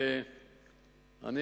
הוא